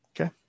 Okay